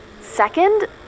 Second